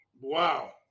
Wow